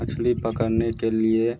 मछली पकड़ने के लिए